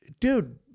dude